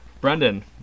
Brendan